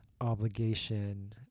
obligation